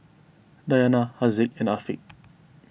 Dayana Haziq and Afiq